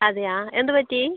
അതെയോ എന്ത് പറ്റി